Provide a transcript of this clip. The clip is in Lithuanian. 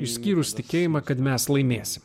išskyrus tikėjimą kad mes laimės